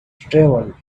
travel